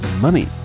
Money